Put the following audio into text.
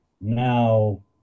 now